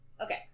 Okay